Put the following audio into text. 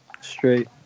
Straight